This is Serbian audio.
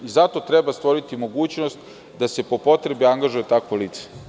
Zato treba stvoriti mogućnost da se po potrebi angažuje takvo lice.